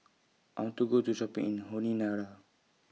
I want to Go to Shopping in Honiara